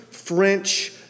French